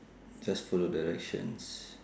just follow directions